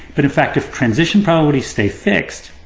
but in fact if transition probabilities stay fixed,